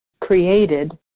created